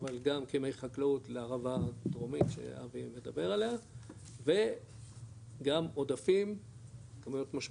אבל גם כמי חקלאות לערבה הדרומית שאבי מדבר עליה וגם עודפים משמעותיות,